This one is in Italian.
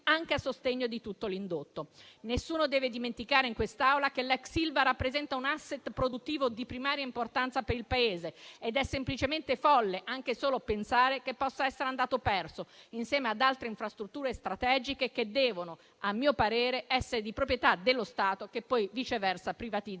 anche a sostegno di tutto l'indotto. Nessuno deve dimenticare in quest'Aula che l'ex Ilva rappresenta un *asset* produttivo di primaria importanza per il Paese ed è semplicemente folle anche solo pensare che possa essere andato perso, insieme ad altre infrastrutture strategiche che devono, a mio parere, essere di proprietà dello Stato, che poi viceversa privatizza